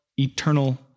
eternal